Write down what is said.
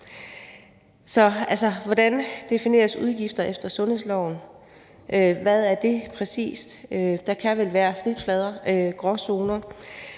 hvordan defineres udgifter efter sundhedsloven? Hvad er det præcis? Der kan vel være snitflader, gråzoner.